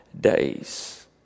days